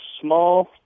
small